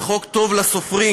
זה חוק טוב לסופרים,